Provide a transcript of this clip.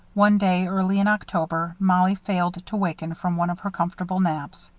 one day, early in october, mollie failed to waken from one of her comfortable naps.